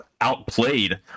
outplayed